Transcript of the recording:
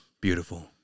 Beautiful